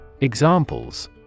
Examples